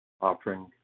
offering